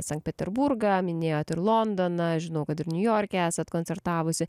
sankt peterburgą minėjot ir londoną žinau kad ir niujorke esat koncertavusi